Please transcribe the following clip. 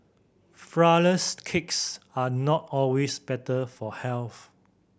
flourless cakes are not always better for health